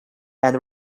and